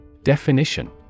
Definition